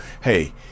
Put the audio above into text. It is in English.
Hey